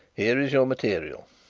here is your material.